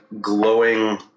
glowing